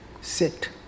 sit